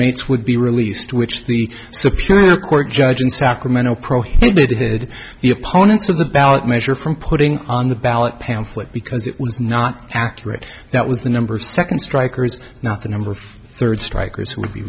inmates would be released which the superior court judge in sacramento prohibited the opponents of the ballot measure from putting on the ballot pamphlet because it was not accurate that was the number of second strikers not the number of third strikers w